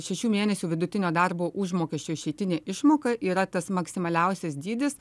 šešių mėnesių vidutinio darbo užmokesčio išeitinė išmoka yra tas maksimaliausias dydis